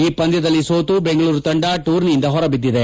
ಈ ಪಂದ್ಯದಲ್ಲಿ ಸೋತು ಬೆಂಗಳೂರು ತಂಡ ಟೂರ್ನಿಯಿಂದ ಹೊರಟಿದ್ದಿದೆ